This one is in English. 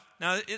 now